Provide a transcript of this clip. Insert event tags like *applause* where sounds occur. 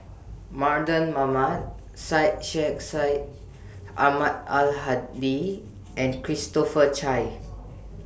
Mardan Mamat Syed Sheikh Syed Ahmad Ai Hadi and Christopher Chia *noise*